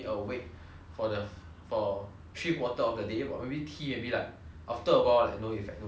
for the for three quarter of the day about maybe tea maybe like after a while no effect no effect like that [one]